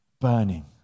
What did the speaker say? burning